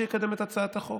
לפני תקופה לא ארוכה,